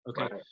Okay